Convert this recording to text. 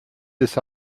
this